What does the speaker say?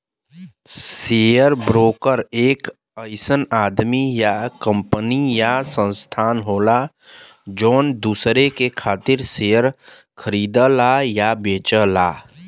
share broker एक अइसन आदमी या कंपनी या संस्थान होला जौन दूसरे के खातिर शेयर खरीदला या बेचला